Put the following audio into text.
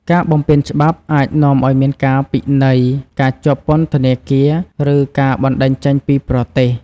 ការបំពានច្បាប់អាចនាំឱ្យមានការពិន័យ ការជាប់ពន្ធនាគារ ឬការបណ្តេញចេញពីប្រទេស។